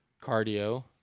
cardio